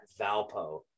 Valpo